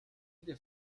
dir